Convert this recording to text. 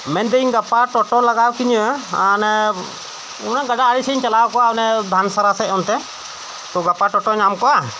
ᱢᱮᱱ ᱫᱟᱹᱧ ᱜᱟᱯᱟ ᱴᱳᱴᱳ ᱞᱟᱜᱟᱣ ᱠᱤᱧᱟ ᱚᱱᱟ ᱚᱱᱮ ᱜᱟᱰᱟ ᱟᱲᱮ ᱥᱮᱫ ᱤᱧ ᱪᱟᱞᱟᱣ ᱠᱚᱜᱼᱟ ᱚᱱᱮ ᱫᱷᱟᱱ ᱥᱟᱨᱟ ᱥᱮᱫ ᱚᱱᱛᱮ ᱛᱚ ᱜᱟᱯᱟ ᱴᱳᱴᱳ ᱧᱟᱢ ᱠᱚᱜᱼᱟ